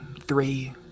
three